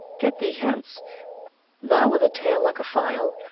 get thee hence thou with a tail like a file,